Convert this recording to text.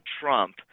Trump